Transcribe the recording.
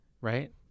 right